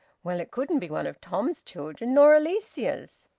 well, it couldn't be one of tom's children. nor alicia's.